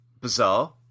bizarre